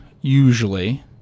usually